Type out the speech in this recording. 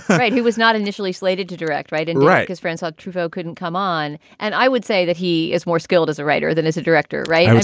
he was not initially slated to direct, write and write as francois truffaut couldn't come on. and i would say that he is more skilled as a writer than as a director. right.